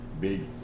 big